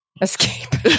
Escape